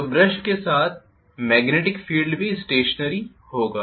तो ब्रश के साथ मॅग्नेटिक फील्ड भी स्टेशनरी होगा